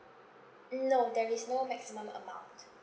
no there is no maximum amount